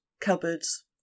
cupboards